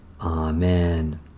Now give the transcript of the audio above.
Amen